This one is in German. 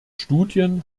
studien